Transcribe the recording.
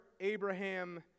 Abraham